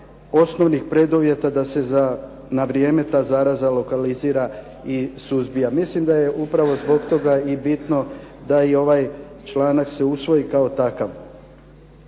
osnovnih preduvjeta da se na vrijeme ta zaraza lokalizira i suzbija. Mislim da je upravo zbog toga i bitno da i ovaj članak se usvoji kao takav.